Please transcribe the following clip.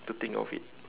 to think of it